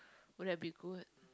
will that be good